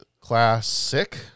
classic